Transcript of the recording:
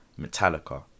Metallica